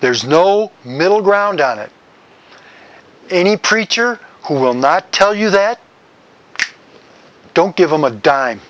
there's no middle ground on it any preacher who will not tell you that you don't give him a dime